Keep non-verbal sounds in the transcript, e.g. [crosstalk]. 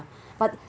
[breath] but